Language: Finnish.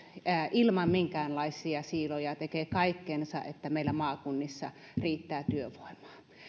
ilman minkäänlaisia siiloja tekee kaikkensa että meillä maakunnissa riittää työvoimaa